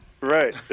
Right